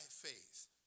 faith